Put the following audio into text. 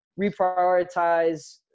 reprioritize